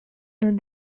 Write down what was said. nos